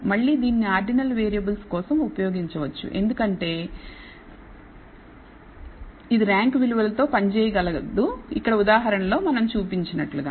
మళ్ళీ దీనిని ordinal variables కోసం ఉపయోగించవచ్చు ఎందుకంటే ఇది ర్యాంక్ విలువలతో పనిచేయగలదు ఇక్కడ ఉదాహరణ లో మనం చూసినట్లుగా